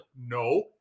no